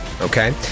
Okay